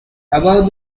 above